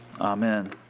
Amen